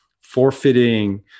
forfeiting